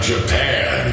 Japan